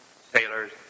sailors